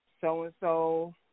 so-and-so